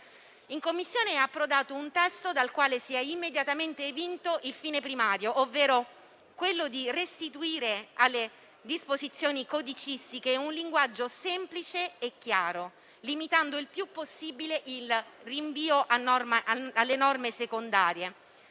In Commissione è approdato un testo dal quale si è immediatamente evinto il fine primario: restituire alle disposizioni codicistiche un linguaggio semplice e chiaro, limitando il più possibile il rinvio a norme secondarie,